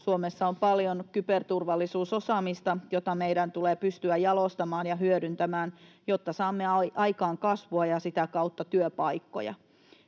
Suomessa on paljon kyberturvallisuusosaamista, jota meidän tulee pystyä jalostamaan ja hyödyntämään, jotta saamme aikaan kasvua ja sitä kautta työpaikkoja.